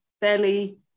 fairly